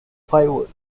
fireworks